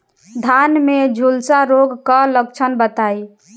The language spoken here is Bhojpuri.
धान में झुलसा रोग क लक्षण बताई?